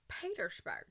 Petersburg